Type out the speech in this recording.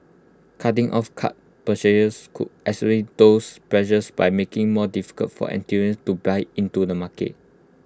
cutting off card purchases could those pressures by making more difficult for to buy into the market